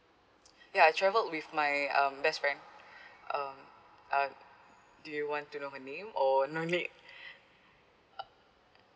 ya I traveled with my um best friend um uh do you want to know her name or no need uh